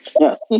Yes